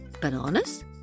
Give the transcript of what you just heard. Bananas